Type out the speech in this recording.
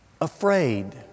afraid